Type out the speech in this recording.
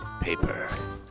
paper